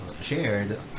shared